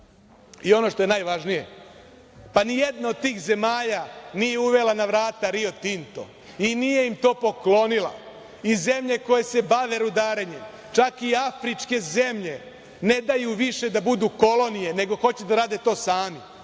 itd? Ono što je najvažnije, nijedna od tih zemalja nije uvela na vrata Rio Tinto i nije im to poklonila. Zemlje koje se bave rudarenjem, čak i afričke zemlje, ne daju više da budu kolonije, nego hoće da rade to sami,